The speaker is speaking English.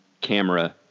camera